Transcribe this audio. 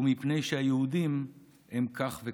ומפני שהיהודים הם כך וכך.